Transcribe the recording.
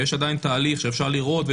ויש עדיין תהליך שאפשר לראות.